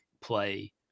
play